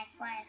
life